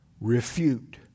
refute